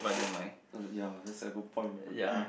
that ya that's a good point